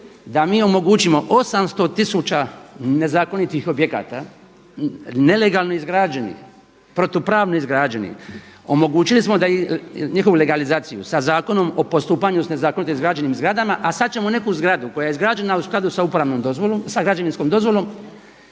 da mi omogućimo 800 tisuća nezakonitih objekata nelegalno izgrađenih, protupravno izgrađenih. Omogućili smo njihovu legalizaciju sa Zakonom o postupanju sa nezakonito izgrađenim zgradama, a sad ćemo neku zgradu koja je izgrađena u skladu sa uporabnom dozvolom, sa građevinskom dozvolom